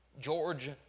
George